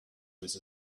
his